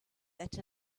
that